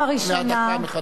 תסתכל עלי,